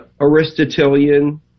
Aristotelian